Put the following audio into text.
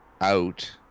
out